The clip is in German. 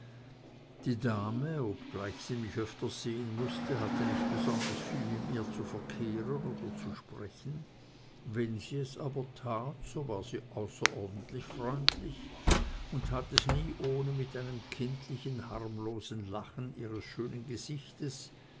die dame obgleich sie mich öfter sehen mußte hatte nicht besonders viel mit mir zu verkehren oder zu sprechen wenn sie es aber tat so war sie außerordentlich freundlich und tat es nie ohne mit einem kindlichen harmlosen lachen ihres schönen gesichtes